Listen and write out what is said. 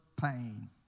pain